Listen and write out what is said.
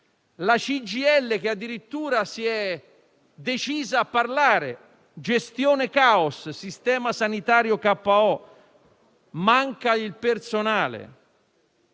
la CGIL addirittura si è decisa a parlare: gestione caos, sistema sanitario KO, manca il personale.